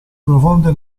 profonde